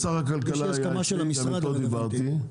אי הסכמה של המשרד הרלוונטי.